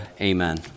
amen